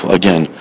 again